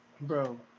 Bro